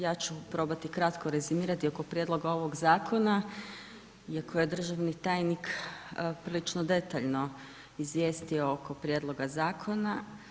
Ja ću probati kratko rezimirati oko prijedloga ovog zakona, iako je državni tajnik, prilično detaljno izvijestio oko prijedloga zakona.